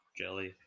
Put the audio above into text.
jelly